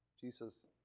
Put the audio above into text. Jesus